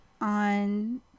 on